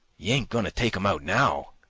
you ain't going to take him out now?